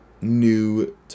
new